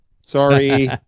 Sorry